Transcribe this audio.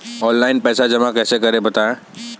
Online पैसा कैसे जमा करें बताएँ?